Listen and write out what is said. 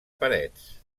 parets